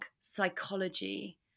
psychology